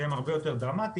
שהם הרבה יותר דרמטיים.